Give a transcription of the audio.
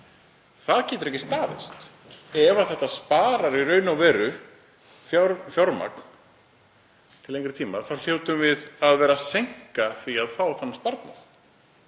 Það getur ekki staðist. Ef þetta sparar í raun og veru fjármagn til lengri tíma þá hljótum við að vera að seinka því að fá þann sparnað.